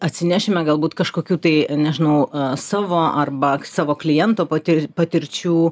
atsinešime galbūt kažkokių tai nežinau savo arba savo kliento pati patirčių